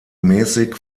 mäßig